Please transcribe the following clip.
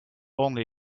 only